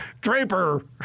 Draper